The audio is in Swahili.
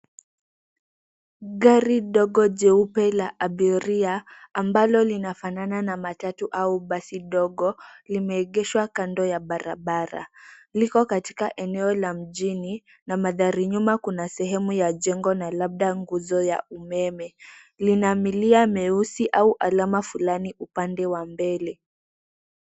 Gari dogo jeusi la abiria ambalo linafanana na matatu au basi dogo, limeegeshwa kando ya barabara. Liko katika eneo la mjini na mandhari nyuma kuna sehemu ya jengo na labda nguzo ya umeme. Lina milia meusi au alama fulani upande wa mbele.